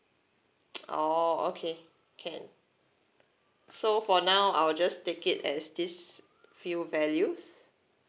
oh okay can so for now I'll just take it as this few values